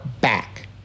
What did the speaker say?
back